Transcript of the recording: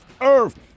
Earth